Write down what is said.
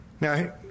Now